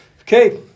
Okay